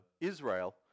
Israel